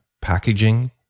packaging